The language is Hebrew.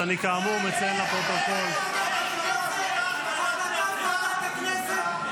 ואני כאמור מציין לפרוטוקול --- החלטת ועדת הכנסת,